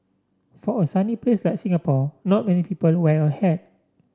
for a sunny place like Singapore not many people wear a hat